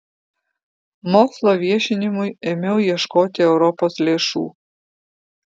mokslo viešinimui ėmiau ieškoti europos lėšų